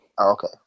Okay